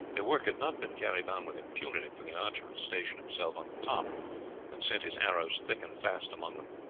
their work had not been carried on with impunity, for the archer stationed himself on the top and sent his arrows thick and fast among them.